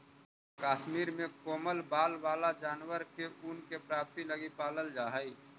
कश्मीर में कोमल बाल वाला जानवर के ऊन के प्राप्ति लगी पालल जा हइ